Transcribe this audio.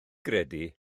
gredu